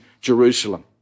Jerusalem